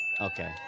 Okay